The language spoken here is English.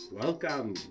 welcome